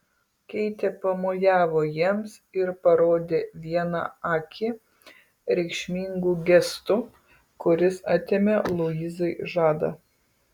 keitė pamojavo jiems ir parodė vieną akį reikšmingu gestu kuris atėmė luizai žadą